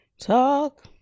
Talk